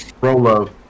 Rolo